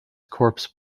corpse